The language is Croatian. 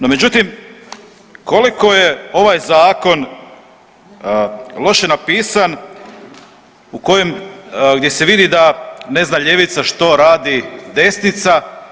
No međutim, koliko je ovaj zakon loše napisan, gdje se vidi da ne zna ljevica što radi desnica.